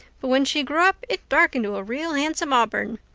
but when she grew up it darkened to a real handsome auburn.